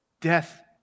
death